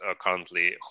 currently